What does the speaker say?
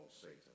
Satan